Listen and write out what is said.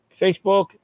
Facebook